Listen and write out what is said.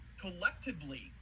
collectively